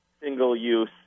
single-use